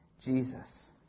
Jesus